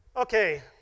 okay